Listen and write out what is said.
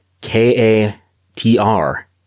K-A-T-R